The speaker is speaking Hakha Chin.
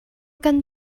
kan